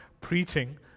preaching